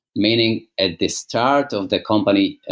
meaning, at the start of the company,